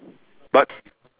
but